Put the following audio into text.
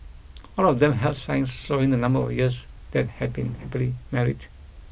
all of them held signs showing the number of years they had been happily married